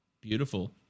beautiful